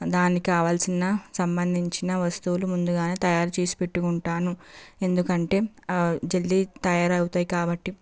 దానికి కావాల్సిన సంబంధించిన వస్తువులు ముందుగానే తయారు చేసి పెట్టుకుంటాను ఎందుకంటే జల్దీ తయారవుతాయి కాబట్టి